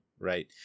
Right